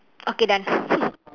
okay done